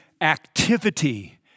activity